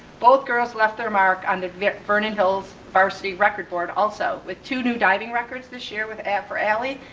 both girls left their mark on the vernon hills, varsity record board also with two new diving records this year with e and for ellie,